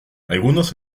algunos